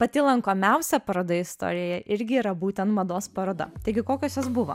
pati lankomiausia paroda istorijoje irgi yra būtent mados paroda taigi kokios jos buvo